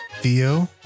Theo